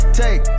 take